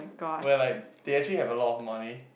where like they actually have a lot of money